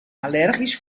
allergisch